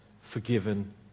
forgiven